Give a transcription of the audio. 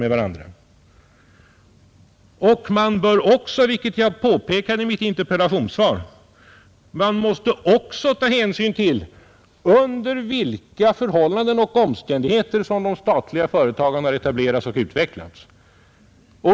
Man måste också — vilket jag påpekade i mitt interpellationssvar — ta hänsyn till under vilka förhållanden och omständigheter som de statliga företagen har etablerats och utvecklats.